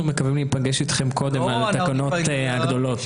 אנחנו מקווים להיפגש איתכם קודם על התקנות הגדולות.